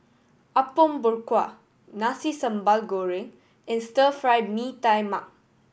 Apom Berkuah Nasi Sambal Goreng and Stir Fry Mee Tai Mak